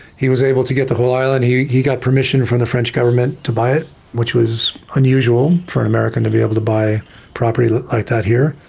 he was able to get the whole island. he got permission from the french government to buy it, which was unusual for an american to be able to buy property like that here.